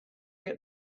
get